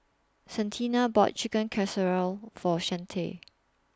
Santina bought Chicken Casserole For Shante